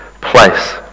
place